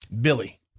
Billy